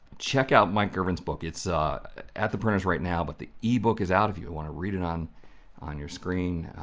check out mike girvin's book, it's at the printers right now, but the ebook, is out if you want to read it on on your screen,